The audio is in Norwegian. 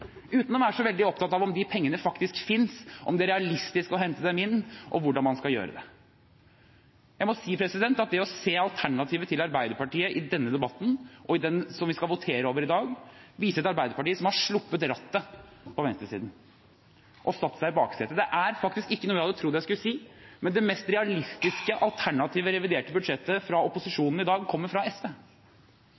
uten å være så veldig opptatt av om de pengene faktisk finnes, om det er realistisk å hente dem inn, og hvordan man skal gjøre det. Jeg må si at det å se alternativet til Arbeiderpartiet i denne debatten og det vi skal votere over i dag, viser et arbeiderparti som har sluppet rattet på venstresiden og satt seg i baksetet. Det er faktisk ikke noe jeg hadde trodd jeg skulle si, men det mest realistiske, alternative reviderte budsjettet fra